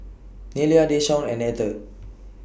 Nelia Deshaun and Etter